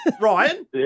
Ryan